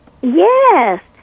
Yes